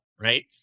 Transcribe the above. right